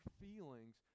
feelings